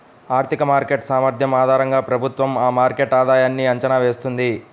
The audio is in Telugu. ఆర్థిక మార్కెట్ సామర్థ్యం ఆధారంగా ప్రభుత్వం ఆ మార్కెట్ ఆధాయన్ని అంచనా వేస్తుంది